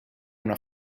una